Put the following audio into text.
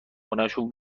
خونشون